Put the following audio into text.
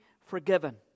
forgiven